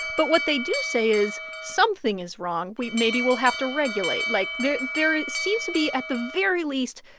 but what they do say is, something is wrong we maybe we'll have to regulate. like, there there seems to be, at the very least,